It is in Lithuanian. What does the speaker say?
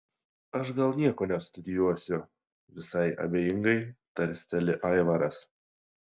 aš gal nieko nestudijuosiu visai abejingai tarsteli aivaras